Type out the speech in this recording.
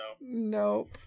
Nope